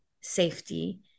safety